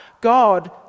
God